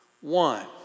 One